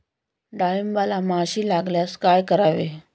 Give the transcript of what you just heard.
डाळींबाला माशी लागल्यास काय करावे?